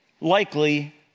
likely